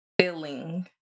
feeling